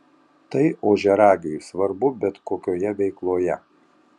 tai ožiaragiui svarbu bet kokioje veikloje